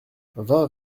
vingt